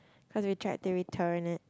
cause we check activity turn and